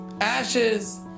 ashes